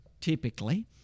typically